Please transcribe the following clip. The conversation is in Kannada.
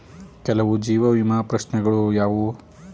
ಕೆಲವು ಜೀವ ವಿಮಾ ಪ್ರಶ್ನೆಗಳು ಯಾವುವು?